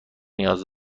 نیاز